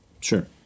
Sure